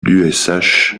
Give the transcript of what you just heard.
l’ush